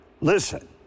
Listen